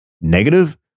negative